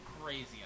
Crazy